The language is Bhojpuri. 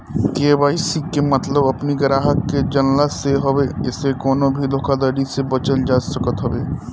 के.वाई.सी के मतलब अपनी ग्राहक के जनला से हवे एसे कवनो भी धोखाधड़ी से बचल जा सकत हवे